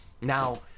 Now